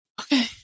Okay